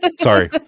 sorry